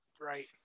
Right